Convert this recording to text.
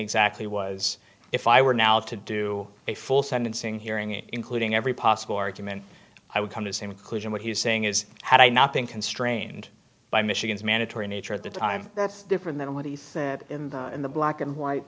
exactly was if i were now to do a full sentencing hearing it including every possible argument i would come as inclusion what he's saying is had i not been constrained by michigan's mandatory nature at the time that's different than what he said in the in the black and white